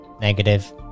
Negative